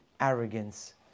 arrogance